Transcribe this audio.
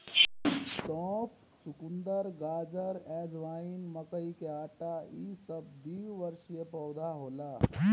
सौंफ, चुकंदर, गाजर, अजवाइन, मकई के आटा इ सब द्विवर्षी पौधा होला